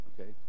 Okay